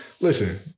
Listen